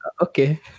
Okay